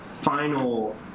final